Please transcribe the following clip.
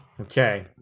Okay